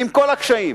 עם כל הקשיים